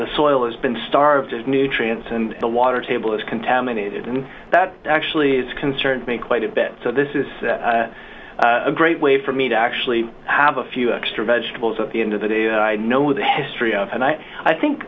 the soil has been starved of nutrients and the water table is contaminated and that actually is concerned me quite a bit so this is a great way for me to actually have a few extra vegetables at the end of the day and i know the history of and i think